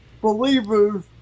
believers